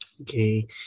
okay